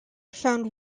found